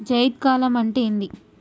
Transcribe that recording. జైద్ కాలం అంటే ఏంది?